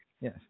yes